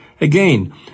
Again